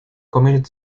committed